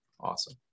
Awesome